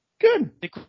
Good